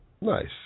Nice